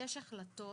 יש החלטות